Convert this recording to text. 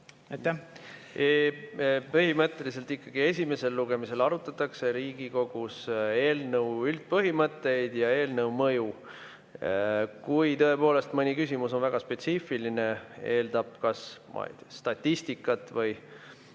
Põhimõtteliselt ikkagi esimesel lugemisel arutatakse Riigikogus eelnõu üldpõhimõtteid ja eelnõu mõju. Kui tõepoolest mõni küsimus on väga spetsiifiline, eeldab kas statistikat või